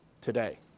today